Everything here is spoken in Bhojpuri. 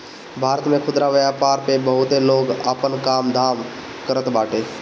भारत में खुदरा व्यापार पअ बहुते लोग आपन काम धाम करत बाटे